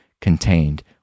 contained